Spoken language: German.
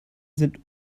sind